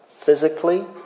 physically